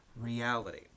reality